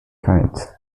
kinds